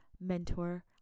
mentor